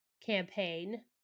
campaign